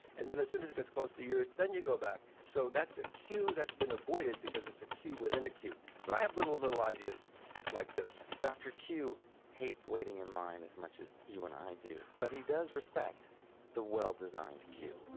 and as soon as it gets close to yours, then you go back. so that's a queue that's been avoided because it's a queue within a queue. so i have little little ideas like this dr. queue hates waiting in line as much as you and i do. but he does respect the well-designed queue